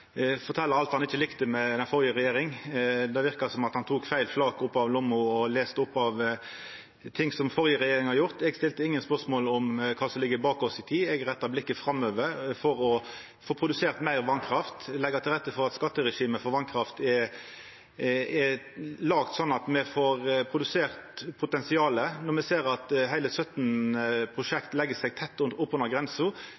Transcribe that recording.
alt han ikkje likte med den førre regjeringa. Det verka som om han tok feil flak opp av lomma og las opp ting som den førre regjeringa har gjort. Eg stilte ingen spørsmål om kva som ligg bak oss i tid, eg retta blikket framover – for å få produsert meir vasskraft, leggja til rette for at skatteregimet for vasskraft er laga sånn at me får produsert potensialet. Når me ser at heile 17